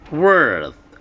Worth